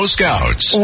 Scouts